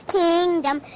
kingdom